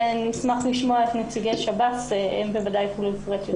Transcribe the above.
בוודאי נציגי שירות בתי הסוהר יוכלו לפרט יותר.